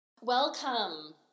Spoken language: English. Welcome